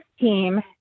team